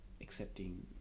accepting